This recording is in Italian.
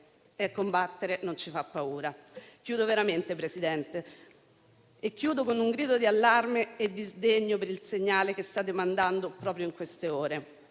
e combattere non ci fa paura. Chiudo veramente, Presidente, con un grido di allarme e sdegno per il segnale che state mandando proprio in queste ore.